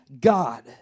God